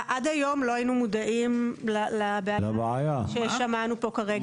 עד היום לא היינו מודעים לבעיה ששמענו כרגע,